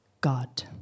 God